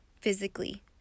physically